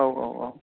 औ औ औ